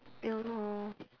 ya lor